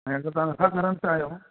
ऐं अगरि तव्हां नथा करणु चाहियो